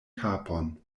kapon